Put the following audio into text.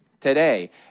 today